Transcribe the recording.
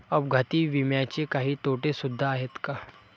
अपघाती विम्याचे काही तोटे सुद्धा आहेत का?